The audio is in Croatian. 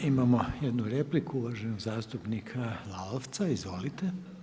Imamo jednu repliku uvaženog zastupnika Lalovca, izvolite.